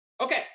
Okay